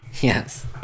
Yes